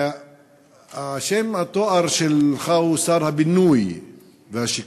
שם התואר שלך הוא שר הבינוי והשיכון.